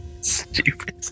Stupid